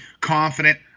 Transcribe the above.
confident